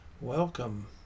welcome